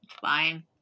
fine